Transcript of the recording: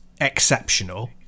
exceptional